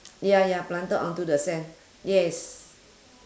ya ya planted onto the sand yes